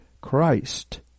Christ